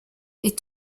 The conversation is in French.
est